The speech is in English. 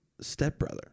stepbrother